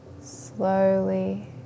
slowly